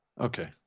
okay